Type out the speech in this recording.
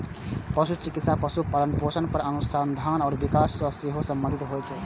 पशु चिकित्सा पशुपालन, पोषण पर अनुसंधान आ विकास सं सेहो संबंधित होइ छै